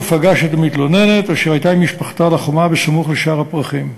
ופגש את המתלוננת אשר הייתה עם משפחתה על החומה בסמוך לשער הפרחים.